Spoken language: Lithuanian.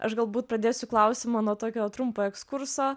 aš galbūt pradėsiu klausimą nuo tokio trumpo ekskurso